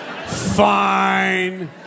Fine